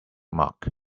mark